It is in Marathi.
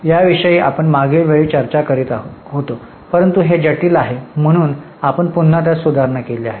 याविषयी आपण मागील वेळी चर्चा करीत आहोत परंतु हे जटिल आहे म्हणून आपण पुन्हा त्यात सुधारणा केली आहे